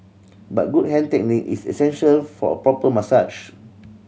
but good hand technique is essential for a proper massage